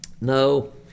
No